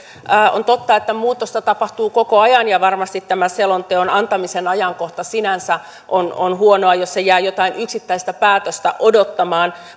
on totta että muutosta tapahtuu koko ajan ja varmasti tämän selonteon antamisen ajankohta sinänsä on on huono jos se jää jotain yksittäistä päätöstä odottamaan